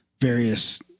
various